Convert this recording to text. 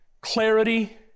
Clarity